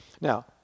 Now